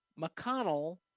McConnell—